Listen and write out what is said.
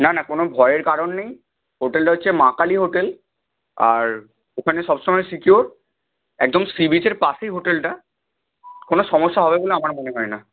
না না কোনো ভয়ের কারণ নেই হোটেলটা হচ্ছে মা কালী হোটেল আর ওখানে সবসময় সিকিওর একদম সি বিচের পাশেই হোটেলটা কোনো সমস্যা হবে বলে আমার মনে হয় না